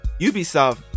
Ubisoft